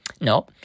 No